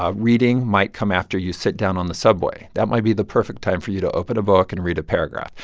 ah reading might come after you sit down on the subway. that might be the perfect time for you to open a book and read a paragraph.